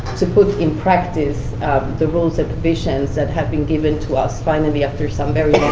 to put in practice the rules and provisions that have been given to us, finally, after some very